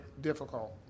difficult